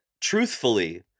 truthfully